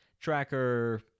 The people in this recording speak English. tracker